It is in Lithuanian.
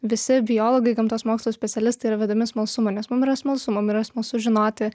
visi biologai gamtos mokslų specialistai yra vedami smalsumo nes mum yra smalsu mum yra smalsu žinoti